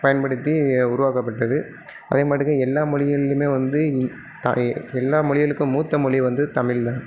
பயன்படுத்தி உருவாக்கப்பட்டது அதேபாட்டுக்கு எல்லா மொழிகள்லேயுமே வந்து த எல்லா மொழிகளுக்கும் மூத்த மொழி வந்து தமிழ் தான்